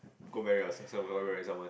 go marry or s~ go marry someone